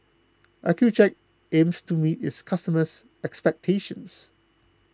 Accucheck aims to meet its customers' expectations